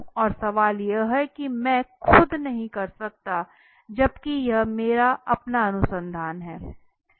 और सवाल यह है कि मैं खुद नहीं कर सकता जबकि यह मेरे अपना अनुसंधान है